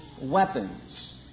weapons